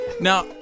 now